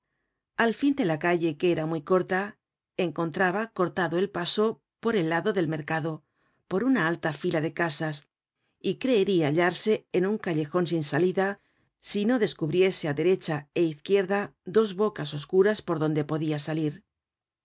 al fin de la calle que era muy corta encontraba cortado el paso por el lado del mercado por una alta fila de casas y creeria hallarse en un callejon sin salida si no descubriese á derecha é izquierda dos bocas oscuras por donde podia salir